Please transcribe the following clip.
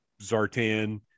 Zartan